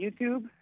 YouTube